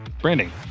Branding